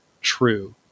true